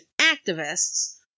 activists